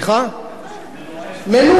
מְנוּעֵי.